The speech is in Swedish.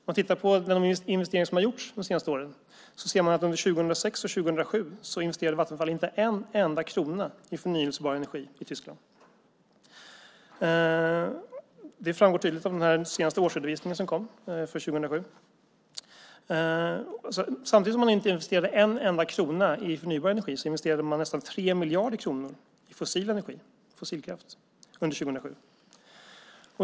Om man tittar på de investeringar som har gjorts under de senaste åren ser man att Vattenfall under 2006 och 2007 inte investerade en enda krona i förnybar energi i Tyskland. Det framgår tydligt av den senaste årsredovisningen för 2007. Samtidigt som man inte investerade en enda krona i förnybar energi investerade man nästan 3 miljarder kronor i fossil energi, i fossilkraft, under 2007.